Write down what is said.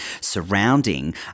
surrounding